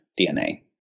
DNA